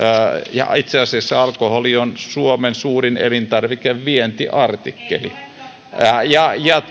ja itse asiassa alkoholi on suomen suurin elintarvikevientiartikkeli ja ja